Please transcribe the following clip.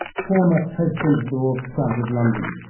former president of the royal society of london.